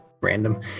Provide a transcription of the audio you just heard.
Random